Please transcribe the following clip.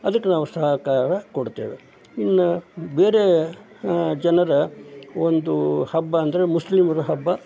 ಅದಕ್ಕೆ ನಾವು ಸಹಕಾರ ಕೊಡ್ತೇವೆ ಇನ್ನೂ ಬೇರೆ ಜನರ ಒಂದು ಹಬ್ಬ ಅಂದರೆ ಮುಸ್ಲಿಮರ ಹಬ್ಬ